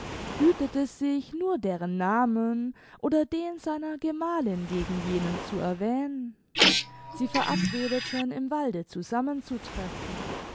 hütete sich nur deren namen oder den seiner gemalin gegen jenen zu erwähnen sie verabredeten im walde